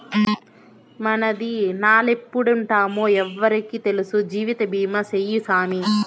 మనదినాలెప్పుడెప్పుంటామో ఎవ్వురికి తెల్సు, జీవితబీమా సేయ్యి సామీ